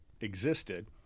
existed